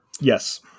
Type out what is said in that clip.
Yes